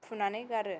फुनानै गारो